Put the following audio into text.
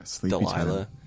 Delilah